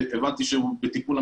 הבעיה היא שיש פער בגין המדיניות של